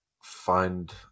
find